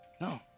No